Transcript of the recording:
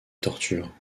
torture